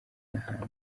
n’ahandi